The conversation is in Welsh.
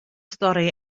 stori